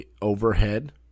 overhead